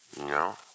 No